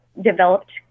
developed